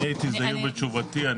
הייתי זהיר בתשובתי.